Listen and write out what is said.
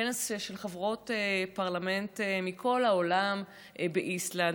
כנס של חברות פרלמנט מכל העולם, באיסלנד.